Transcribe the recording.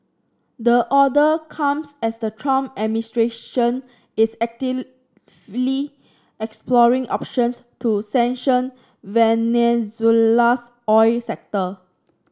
the order comes as the Trump administration is exploring options to sanction Venezuela's oil sector